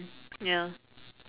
ya